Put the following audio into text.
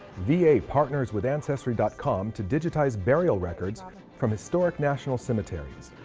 v a. partners with ancestry dot com to digitize burial records from historic national cemeteries.